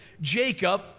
Jacob